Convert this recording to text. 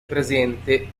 presente